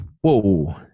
whoa